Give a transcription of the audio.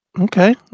Okay